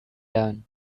down